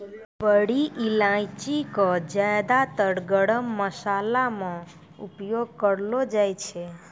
बड़ी इलायची कॅ ज्यादातर गरम मशाला मॅ उपयोग करलो जाय छै